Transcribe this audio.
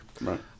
Right